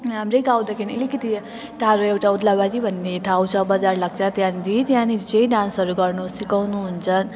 हाम्रै गाउँदेखि अलिकति टाढो एउटा ओद्लाबारी भन्ने ठाउँ छ बजार लाग्छ त्यहाँनिर त्यहाँनिर चाहिँ डान्सहरू गर्नु सिकाउनुहुन्छ